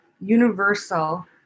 universal